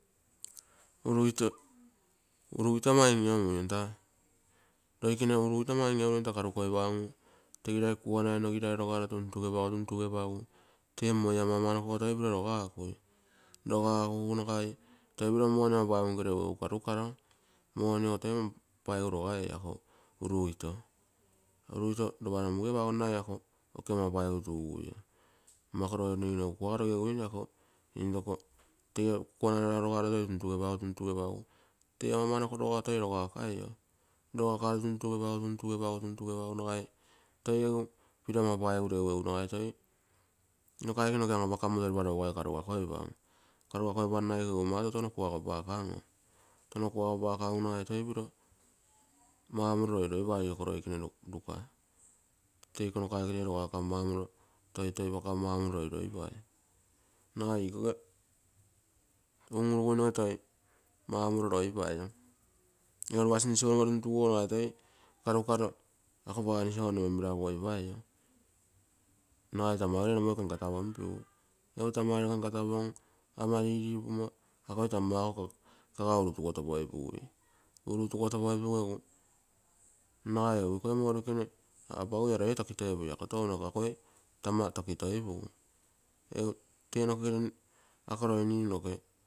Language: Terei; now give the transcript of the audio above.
Urugito ama in lomui, loikene urugito ama in-louru, tegirai kuanai nogirai rogaro tuntugepagu, tuntugepagu tee moi an amanokogo toi piro rogakui. Rogakugu nagai toi piro money an amanoko nke regu nagai karukaro, money ogo toi ama paigu rogaio, urugito lopa nomuge apagonnai ako oke ama paigu tugui, mmo ako roo ninu egu kuago rogeguinue ako urugito tegirai kuanai nogiral rogaro tuntugepagu, tuntugepagu tee an-amako rouga toi roga toi rogakaio, rogakaro tuntugepau, tuntugepagu, tuntugepagu, tuntugepau nai toi piro egu ama paigu regu, nokaike noke an-apakam nagai lopa rougai karugakoipam. Karugakoipanno iko egu mau toutono kuago opakan oo. Tono apakangu nagai toi upiro maumoro loiloipai, iko roikene ruka teiko nokaike toi rogakamo toitoipamo maumonto roiroipai, nagai ikoge unuruguinoge toi maumoro loipaio, egulopa sinsipommo tuntumoguo nagai toi karukauo ako tence nagaimo menmeraguoi pai, nagai tamagere nomoge kankataponpigu, egu tamagere kankatapon ama lilipumo, akoi tama ako kaga urutugotopoipugui urutugotopoipugu egu nagai egu ikoi mourekene apagui la roie tokitoip ui, ako touno, ako akoi tamatokitoipu uu. egu tee nokegene ako.